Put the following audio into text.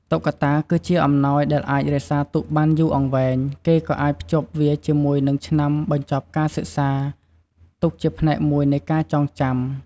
តុក្កតា គឺជាអំណោយដែលអាចរក្សាទុកបានយូរអង្វែង គេក៏អាចភ្ជាប់វាជាមួយនឹងឆ្នាំបញ្ចប់ការសិក្សា ទុកជាផ្នែកមួយនៃការចងចាំ។